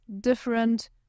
different